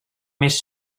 més